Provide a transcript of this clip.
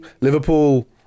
Liverpool